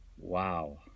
wow